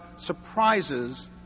surprises